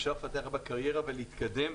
אפשר לפתח בה קריירה ולהתקדם.